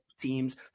teams